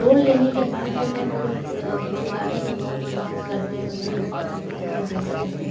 loan लेने के बाद जो है वो लोग चुकाने का बहुत कोशिश करते हैं मतलब मंथली मंथली वो लोग देते रहते है